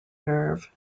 nerve